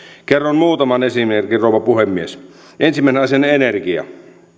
kerron muutaman esimerkin rouva puhemies ensimmäisenä energiasta